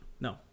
No